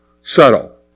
subtle